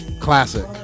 classic